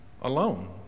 alone